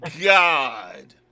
god